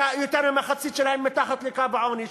שיותר ממחצית מהם מתחת לקו העוני,